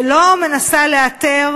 ולא מנסה לאתר